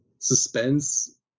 suspense